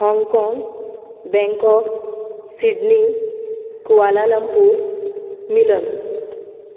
Hong Kong Bangkok Sydney Kuala Lumpur Milan